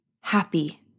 happy